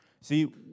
See